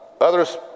Others